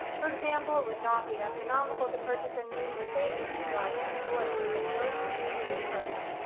for example, it would not be economical to purchase a new mercedes to drive to the store to pick up groceries for the food program.